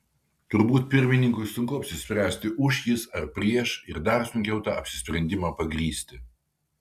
turbūt pirmininkui sunku apsispręsti už jis ar prieš ir dar sunkiau tą apsisprendimą pagrįsti